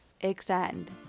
extend